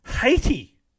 Haiti